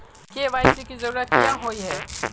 KYC की जरूरत क्याँ होय है?